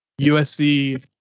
USC